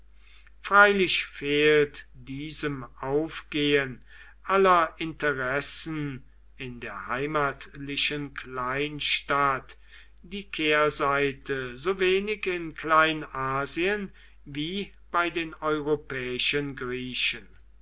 freilich fehlt diesem aufgehen aller interessen in der heimatlichen kleinstadt die kehrseite so wenig in kleinasien wie bei den europäischen griechen